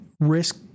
Risk